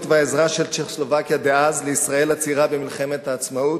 והעזרה של צ'כוסלובקיה דאז לישראל הצעירה במלחמת העצמאות,